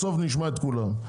בסוף נשמע את כולם.